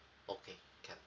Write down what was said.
okay can